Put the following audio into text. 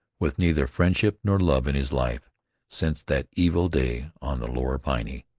with neither friendship nor love in his life since that evil day on the lower piney.